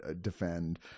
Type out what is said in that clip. defend